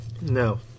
No